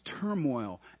turmoil